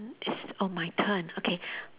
is oh my turn okay